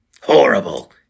Horrible